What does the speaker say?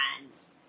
friends